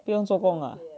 不用做工啊